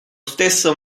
stesso